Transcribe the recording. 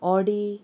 Audi